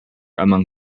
among